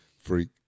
Freak